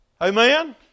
Amen